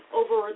over